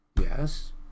Yes